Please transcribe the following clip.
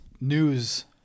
news